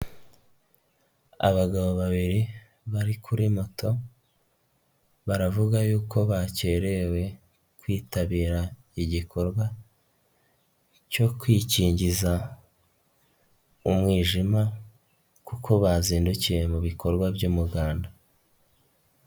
Abagabo babiri bari kuri moto baravuga yuko bakerewe kwitabira igikorwa cyo kwikingiza umwijima kuko bazindukiye mu bikorwa by'umuganda.